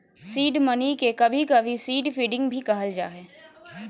seed money के कभी कभी सीड फंडिंग भी कहल जा हय